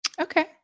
Okay